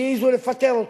שהעזו לפטר אותו.